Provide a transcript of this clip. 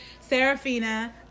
Serafina